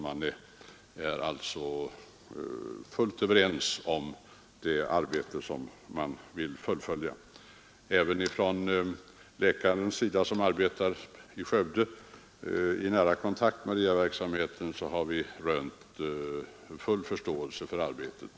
Vi är alltså fullt överens när det gäller det arbete som skall fullföljas. Även från den läkare som arbetar inom alkoholistvården i Skövde har vi rönt full förståelse för arbetet.